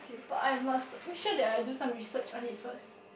but I must make sure that I do some research on it first